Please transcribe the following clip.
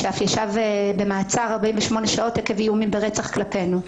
שאף ישב במעצר 48 שעות עקב איומים ברצח כלפינו.